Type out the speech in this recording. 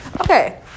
Okay